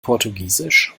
portugiesisch